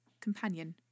companion